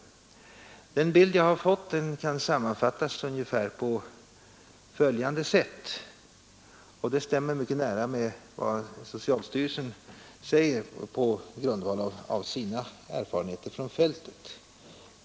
Den bild jag då har fått kan sammanfattas på ungefär följande sätt, och det stämmer mycket nära med vad socialstyrelsen säger på grund av sina erfarenheter från fältet.